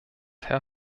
herr